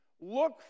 Look